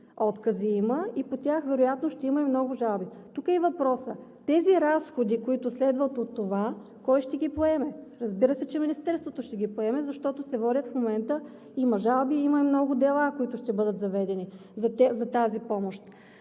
отказа има и по тях вероятно ще има много жалби. Тук е въпросът: разходите, които следват от това, кой ще ги поеме? Разбира се, че Министерството ще ги поеме, защото в момента има жалби, има и много дела, които ще бъдат заведени за тази помощ.